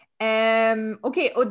okay